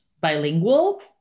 bilingual